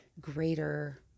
greater